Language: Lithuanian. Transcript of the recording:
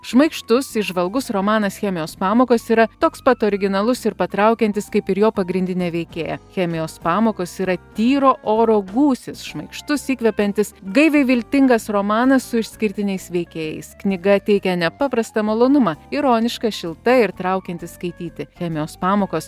šmaikštus įžvalgus romanas chemijos pamokos yra toks pat originalus ir patraukiantis kaip ir jo pagrindinė veikėja chemijos pamokos yra tyro oro gūsis šmaikštus įkvepiantis gaiviai viltingas romanas su išskirtiniais veikėjais knyga teikia nepaprastą malonumą ironiška šilta ir traukianti skaityti chemijos pamokos